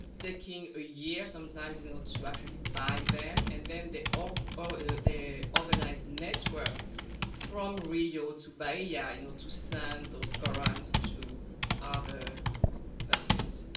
taking ah years sometimes you know to actually buy them. and then the ah ah the organized networks from rio to bia yeah you know to send those korans to other muslims.